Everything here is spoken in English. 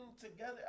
together